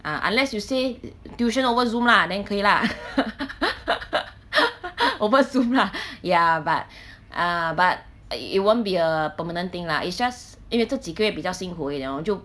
ah unless you say tuition over Zoom lah then 可以 lah over Zoom lah ya but ah but it won't be a permanent thing lah it's just 因为这几个月比较辛苦而已 lor 就